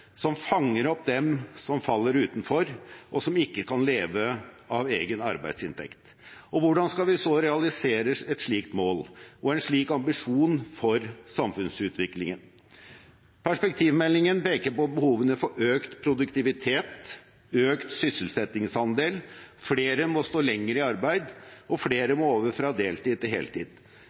som fanger opp dem som faller utenfor, og som ikke kan leve av egen arbeidsinntekt. Hvordan skal vi så realisere et slikt mål og en slik ambisjon for samfunnsutviklingen? Perspektivmeldingen peker på behovene for økt produktivitet, økt sysselsettingsandel, flere må stå lenger i arbeid, og flere må over fra deltid til